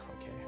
okay